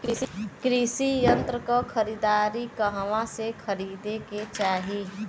कृषि यंत्र क खरीदारी कहवा से खरीदे के चाही?